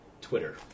Twitter